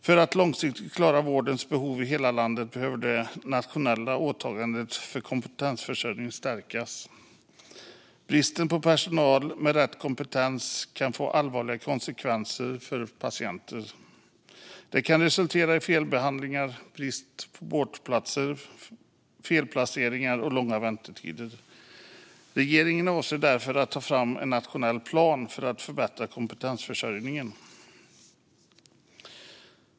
För att långsiktigt klara vårdens behov i hela landet behöver det nationella åtagandet för kompetensförsörjningen stärkas. Bristen på personal med rätt kompetens kan få allvarliga konsekvenser för patienter. Det kan resultera i felbehandlingar, brist på vårdplatser, felplaceringar och långa väntetider. Regeringen avser därför att ta fram en nationell plan för att förbättra kompetensförsörjningen.